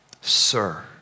Sir